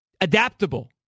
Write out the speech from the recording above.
adaptable